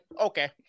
okay